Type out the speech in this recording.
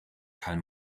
karl